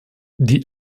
die